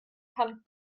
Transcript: kann